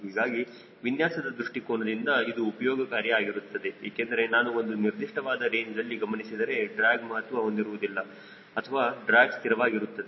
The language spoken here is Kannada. ಹೀಗಾಗಿ ವಿನ್ಯಾಸದ ದೃಷ್ಟಿಕೋನದಿಂದ ಇದು ಉಪಯೋಗಕಾರಿ ಆಗಿರುತ್ತದೆ ಏಕೆಂದರೆ ನಾನು ಒಂದು ನಿರ್ದಿಷ್ಟವಾದ ರೇಂಜ್ ದಲ್ಲಿ ಗಮನಿಸಿದರೆ ಡ್ರ್ಯಾಗ್ ಮಹತ್ವ ಹೊಂದಿರುವುದಿಲ್ಲ ಅಥವಾ ಡ್ರ್ಯಾಗ್ ಸ್ಥಿರವಾಗಿರುತ್ತದೆ